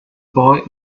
boy